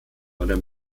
oder